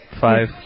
five